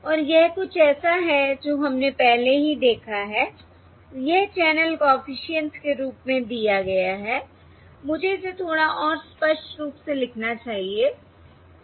और यह कुछ ऐसा है जो हमने पहले ही देखा है यह चैनल कॉफिशिएंट्स के रूप में दिया गया है मुझे इसे थोड़ा और स्पष्ट रूप से लिखना चाहिए